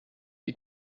die